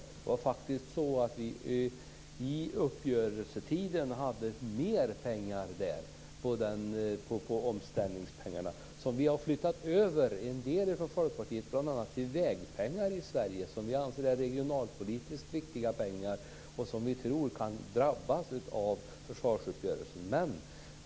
Det var faktiskt så att vi vid tiden för uppgörelsen hade mer omställningspengar, pengar som vi nu från Folkpartiet har flyttat. En del har vi flyttat över till vägpengar, något som vi anser vara regionalpolitiskt viktigt med tanke på hur vissa regioner kan drabbas av försvarsuppgörelsen.